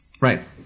Right